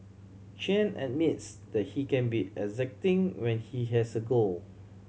Chen admits that he can be exacting when he has a goal